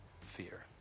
fear